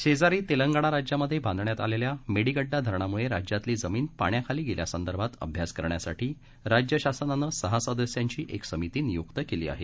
शेजारी तेलंगणा राज्यामधे बांधण्यात आलेल्या मेडीगङ्डा धरणामुळे राज्यातली जमीन पाण्याखाली गेल्यासंदर्भात अभ्यास करण्यासाठी राज्यशासनानं सहा सदस्यांची एक समिती नियुक्त केली आहे